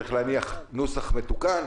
צריך להניח נוסח מתוקן.